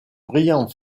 brillant